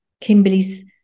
Kimberly's